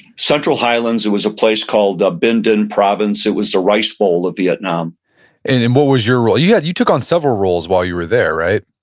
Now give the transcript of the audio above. central highlands. it was a place called bin din province. it was the rice bowl of vietnam and and what was your role? yeah you took on several roles while you were there, right?